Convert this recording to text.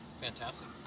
fantastic